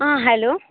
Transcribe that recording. ஆ hello